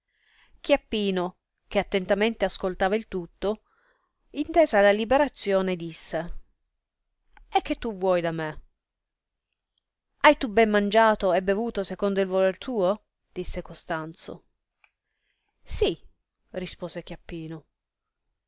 liberarti chiappino che attentamente ascoltava il tutto intesa la liberazione disse e che vuoi tu da me hai tu ben mangiato e bevuto secondo il voler tuo disse costanzo si rispose